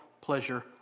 pleasure